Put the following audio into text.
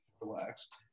Relaxed